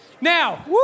Now